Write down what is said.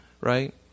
right